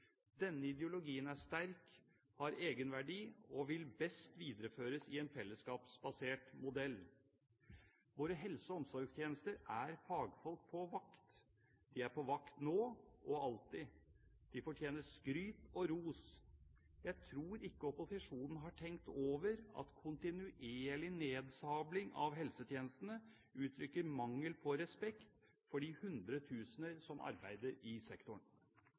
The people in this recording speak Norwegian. Denne ideologien er sterk, har egenverdi og vil best videreføres i en fellesskapsbasert modell. I våre helse- og omsorgstjenester er fagfolk på vakt. De er på vakt nå – og alltid. De fortjener skryt og ros. Jeg tror ikke opposisjonen har tenkt over at kontinuerlig nedsabling av helsetjenestene uttrykker mangel på respekt for de hundretusener som arbeider i sektoren.